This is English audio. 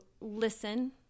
listen